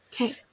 Okay